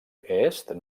est